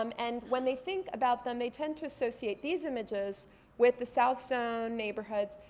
um and when they think about them, they tend to associate these images with the south zone neighborhoods.